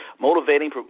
motivating